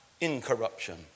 incorruption